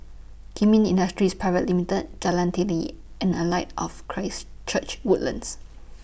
Kemin Industries Pte Ltd Jalan Teliti and A Light of Christ Church Woodlands